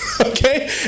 okay